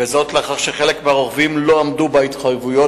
וזאת לאחר שחלק מהרוכבים לא עמדו בהתחייבויות